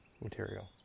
material